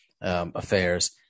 affairs